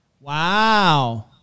Wow